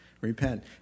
repent